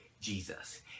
Jesus